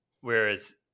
Whereas